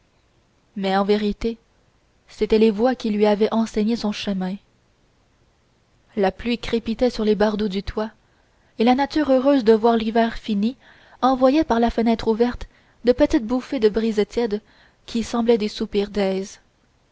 mais en vérité c'étaient les voix qui lui avaient enseigné son chemin la pluie crépitait sur les bardeaux du toit et la nature heureuse de voir l'hiver fini envoyait par la fenêtre ouverte de petites bouffées de brise tiède qui semblaient des soupirs d'aise